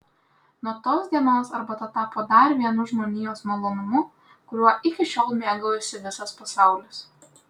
nuo tos dienos arbata tapo dar vienu žmonijos malonumu kuriuo iki šiol mėgaujasi visas pasaulis